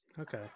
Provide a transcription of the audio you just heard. Okay